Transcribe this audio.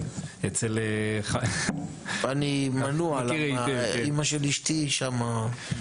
אני מנוע כי אמא של אשתי שם.